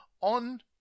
on